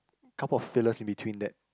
couple of fillers in between that